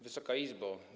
Wysoka Izbo!